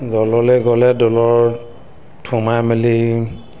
দৌললে গ'লে দৌলত সোমাই মেলি